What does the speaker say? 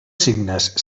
signes